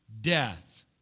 death